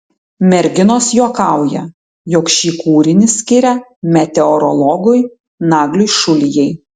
merginos juokauja jog šį kūrinį skiria meteorologui nagliui šulijai